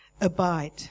Abide